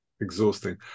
Exhausting